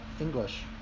English